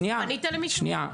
פנית למישהו?